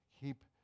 Keep